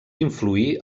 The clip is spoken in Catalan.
influir